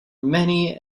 many